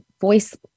voice